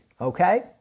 Okay